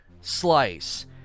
Slice